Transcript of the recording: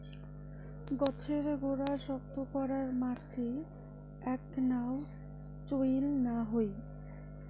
গছের গোড়া শক্ত করার মাটি এ্যাকনাও চইল না হই